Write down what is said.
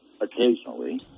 occasionally